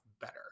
better